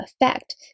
effect